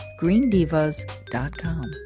greendivas.com